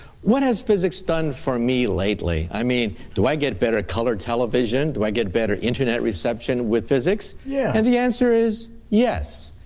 what is physics done for me lately? i mean do i get better colored television do i get better internet reception with physics yeah? and the answer is yes,